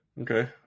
Okay